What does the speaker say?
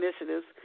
Initiatives